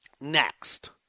next